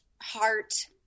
heart